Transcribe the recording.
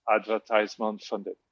advertisement-funded